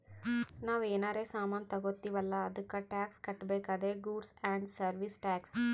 ನಾವ್ ಏನರೇ ಸಾಮಾನ್ ತಗೊತ್ತಿವ್ ಅಲ್ಲ ಅದ್ದುಕ್ ಟ್ಯಾಕ್ಸ್ ಕಟ್ಬೇಕ್ ಅದೇ ಗೂಡ್ಸ್ ಆ್ಯಂಡ್ ಸರ್ವೀಸ್ ಟ್ಯಾಕ್ಸ್